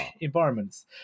environments